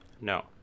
No